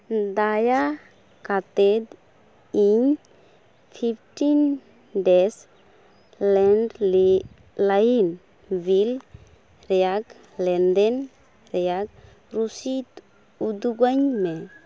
ᱫᱟᱭᱟ ᱠᱟᱛᱮᱫ ᱤᱧ ᱯᱷᱤᱯᱴᱤᱱ ᱰᱮᱡ ᱞᱮᱱᱰᱞᱟᱭᱤᱱ ᱵᱤᱞ ᱨᱮᱭᱟᱜᱽ ᱞᱮᱱᱫᱮᱱ ᱨᱮᱭᱟᱜᱽ ᱨᱩᱥᱤᱫᱽ ᱩᱫᱩᱜ ᱟᱧᱢᱮ